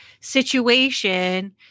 situation